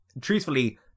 truthfully